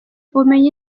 ubumenyi